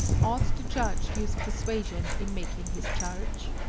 ought the judge use persuasion in making his charge?